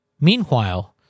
Meanwhile